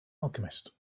alchemist